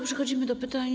Przechodzimy do pytań.